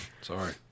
Sorry